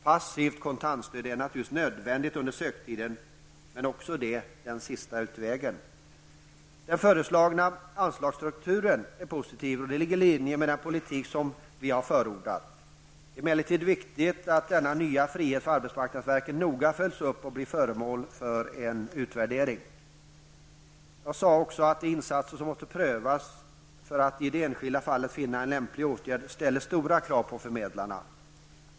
Passivt kontantunderstöd är naturligtvis nödvändigt under söktiden, men också det bara som en sista utväg. Den föreslagna anslagsstrukturen är positiv och ligger i linje med den politik som vi har förordat. Det är emellertid viktigt att denna nya frihet för arbetsmarknadsverket noga följs upp och blir föremål för en utvärdering. De insatser som måste prövas för att i det enskilda fallet finna en lämplig åtgärd ställer, som jag nyss sade, stora krav på arbetsförmedlarna.